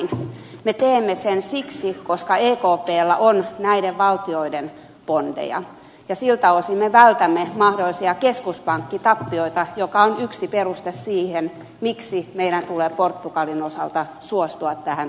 me teemme sen siksi koska ekpllä on näiden valtioiden bondeja ja siltä osin me vältämme mahdollisia keskuspankkitappioita mikä on yksi peruste sille miksi meidän tulee portugalin osalta suostua tähän toimenpiteeseen